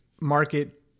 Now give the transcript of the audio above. market